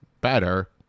better